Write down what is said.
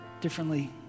differently